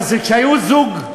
אבל זה כשהיה זוג,